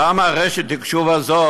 למה רשת התקשוב הזאת,